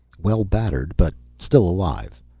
well battered, but still alive.